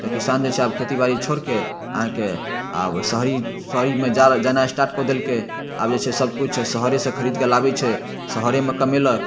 तऽ किसान जे छै आब खेतीबाड़ी छोड़िके अहाँके आब शहरी शहरीमे जा जेनाइ स्टार्ट कऽ देलकै आब जे छै सबकिछु शहरेसँ खरिदकऽ लाबै छै शहरेमे कमेलक